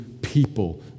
people